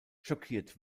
schockiert